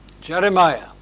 Jeremiah